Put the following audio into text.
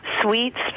sweets